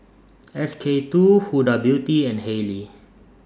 S K two Huda Beauty and Haylee